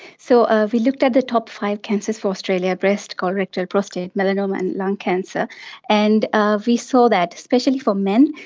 so ah we looked at the top five cancers for australia breast, colorectal, prostate, melanoma and lung cancer and ah we saw that especially for men,